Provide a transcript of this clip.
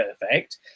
perfect